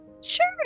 Sure